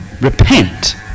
Repent